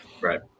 right